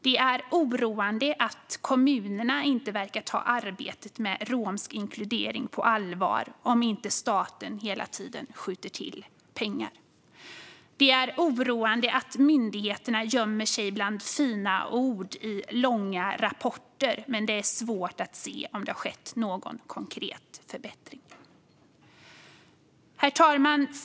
Det är oroande att inte kommunerna verkar ta arbetet med romsk inkludering på allvar om inte staten hela tiden skjuter till pengar. Det är oroande att myndigheterna gömmer sig bland fina ord i långa rapporter, men det är svårt att se om det har skett någon konkret förbättring. Herr talman!